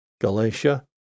Galatia